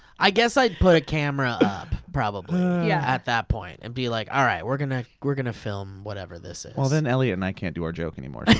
i guess i'd put a camera up, probably, yeah at that point. and be like, all right, we're gonna we're gonna film whatever this is. well then eliot and i can't do our joke anymore,